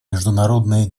международные